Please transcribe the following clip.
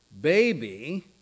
baby